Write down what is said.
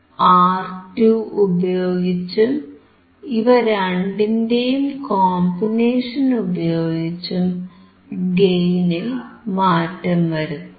R2 ഉപയോഗിച്ചും ഇവ രണ്ടിന്റെയും കോമ്പിനേഷൻ ഉപയോഗിച്ചും ഗെയിനിൽ മാറ്റം വരുത്താം